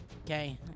Okay